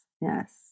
Yes